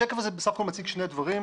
השקף הזה בסך הכול מציג שני דברים.